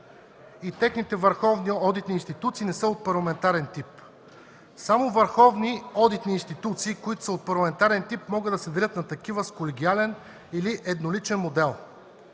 Техните върховни одитни институции не са от парламентарен тип. Само върховни одитни институции, които са от парламентарен тип могат да се делят на такива с колегиален или едноличен модел.